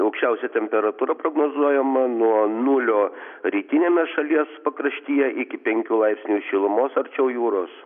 aukščiausia temperatūra prognozuojama nuo nulio rytiniame šalies pakraštyje iki penkių laipsnių šilumos arčiau jūros